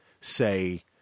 say